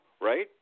right